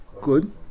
Good